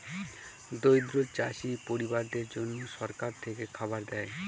দরিদ্র চাষী পরিবারদের জন্যে সরকার থেকে খাবার দেয়